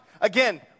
again